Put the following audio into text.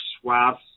swaths